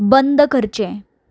बंद करचें